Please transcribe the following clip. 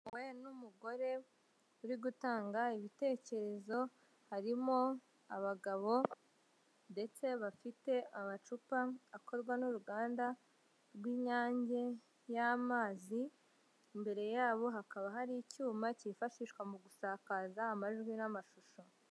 Bayobowe n'umugore uri gutanga ibitekerezo, harimo abagabo ndetse bafite amacupa akorwa n'uruganda rw'inyange y'amazi, mbere yabo hakaba hari icyuma cyifashishwa mu gusakaza amajwi n'amashusho.